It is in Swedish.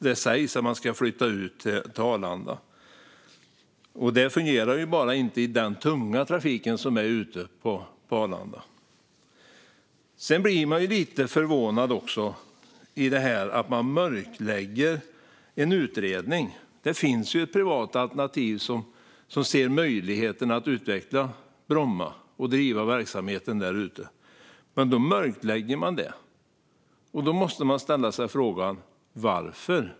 Det sägs ju att de ska flyttas ut till Arlanda, och det fungerar bara inte i den tunga trafik som finns ute på Arlanda. Sedan blir man lite förvånad över att en utredning mörkläggs. Det finns ett privat alternativ som ser möjligheten att utveckla Bromma och driva verksamheten där ute. Men då mörkläggs det, och därför måste man ställa sig frågan: Varför?